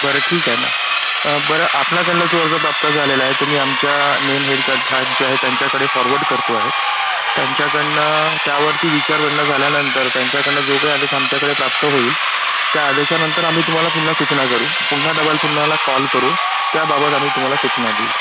बरं ठीक आहे ना बरं आपला सल्ला जो असा प्राप्त झालेला आहे तो मी आमच्या मेन हेड साहेब जे आहेत त्यांच्याकडे फॉरवर्ड करतो आहेत त्यांच्याकडनं त्यावरती विचारवरनं झाल्यानंतर त्यांच्याकडनं जो काय आदेश आमच्याकडे प्राप्त होईल त्या आदेशानंतर आम्ही तुम्हाला पुन्हा सूचना करू पुन्हा डबल पुन्हाला कॉल करू त्याबाबत आम्ही तुम्हाला सूचना दिल